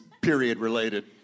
period-related